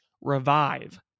revive